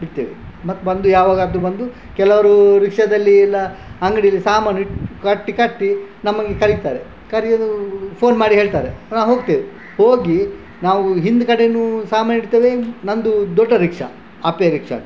ಬಿಡ್ತೇವೆ ಮತ್ತು ಬಂದು ಯಾವಾಗ್ಲಾದ್ರೂ ಬಂದು ಕೆಲವರು ರಿಕ್ಷಾದಲ್ಲಿ ಇಲ್ಲ ಅಂಗಡಿಯಲ್ಲಿ ಸಾಮಾನು ಇಟ್ಟು ಗಟ್ಟಿ ಕಟ್ಟಿ ನಮಗೆ ಕರೀತಾರೆ ಕರೆಯೋದು ಫೋನ್ ಮಾಡಿ ಹೇಳ್ತಾರೆ ನಾವು ಹೋಗ್ತೇವೆ ಹೋಗಿ ನಾವು ಹಿಂದ್ಗಡೆನೂ ಸಾಮಾನು ಇಡ್ತೇವೆ ನಂದು ದೊಡ್ಡ ರಿಕ್ಷಾ ಅಪೆ ರಿಕ್ಷಾ ಅಂತ